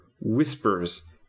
whispers